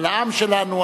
לעם שלנו,